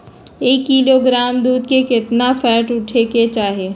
एक किलोग्राम दूध में केतना फैट उठे के चाही?